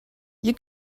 you